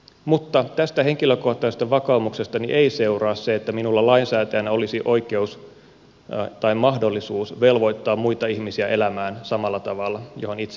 mutta tästä henkilökohtaisesta vakaumuksestani ei seuraa se että minulla lainsäätäjänä olisi oikeus tai mahdollisuus velvoittaa muita ihmisiä elämään samalla tavalla kuin mihin itse olen päätynyt